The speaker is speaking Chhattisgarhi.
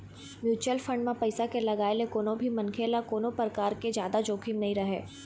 म्युचुअल फंड म पइसा के लगाए ले कोनो भी मनखे ल कोनो परकार के जादा जोखिम नइ रहय